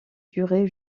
durer